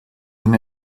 den